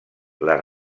les